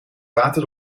water